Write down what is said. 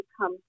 come